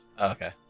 okay